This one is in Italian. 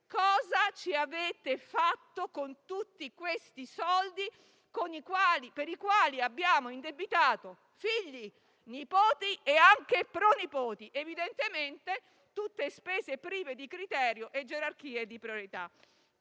cosa avete fatto con tutti questi soldi per i quali abbiamo indebitato figli, nipoti e anche pronipoti? Evidentemente, tutte spese prive di criterio e gerarchie di priorità.